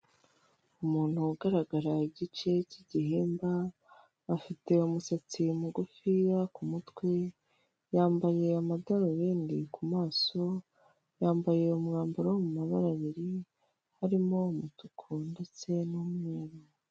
Umuntu ugaragara igice cy'igihimba afite umusatsi mugufiya k'umutwe, yambaye amadarubindi ku maso, yambaye umwambaro wo mu mabara abiri harimo umutuku ndetse n'umweru.